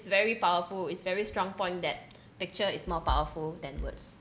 is very powerful is very strong point that picture is more powerful than words